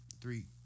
three